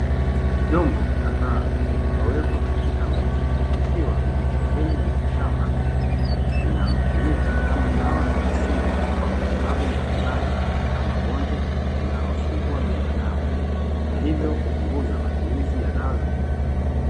Vyombo kadhaa vilivyowekwa katika meza vikiwa vimesheheni mitishamba, inayotumika kama dawa za asili kwa matibabu mbalimbali katika magonjwa yanayowasumbua binadamu, na hivyo kupunguza matumizi ya dawa za kemikali.